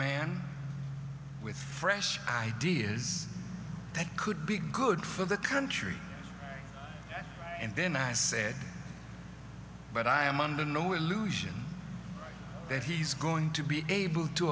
man with fresh ideas that could be good for the country and then i said but i am under no illusion that he's going to be able to